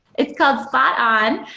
it's called spot on,